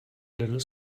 little